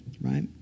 Right